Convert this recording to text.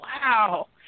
wow